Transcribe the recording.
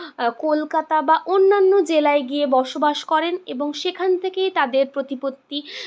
কলকাতা বা অন্যান্য জেলায় গিয়ে বসবাস করেন এবং সেখান থেকেই তাদের প্রতিপত্তি